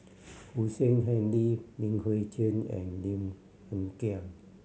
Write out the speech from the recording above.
Hussein Haniff Li Hui Cheng and Lim Hng Kiang